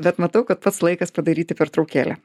bet matau kad pats laikas padaryti pertraukėlę